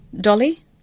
Dolly